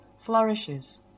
flourishes